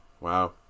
Wow